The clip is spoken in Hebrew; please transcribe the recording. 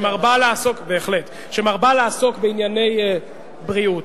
שמרבה לעסוק בענייני בריאות.